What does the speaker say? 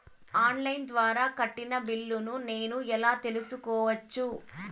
On line ద్వారా కట్టిన బిల్లును నేను ఎలా తెలుసుకోవచ్చు?